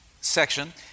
section